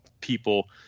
people